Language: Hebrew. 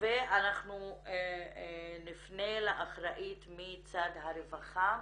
אנחנו נפנה לאחראית מצד הרווחה,